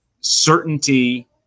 certainty